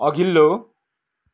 अघिल्लो